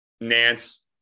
Nance –